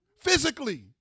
physically